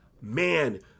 man